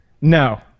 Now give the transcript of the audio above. No